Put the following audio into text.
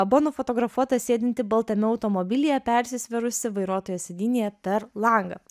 buvo nufotografuota sėdinti baltame automobilyje persisvėrusi vairuotojo sėdynėje per langą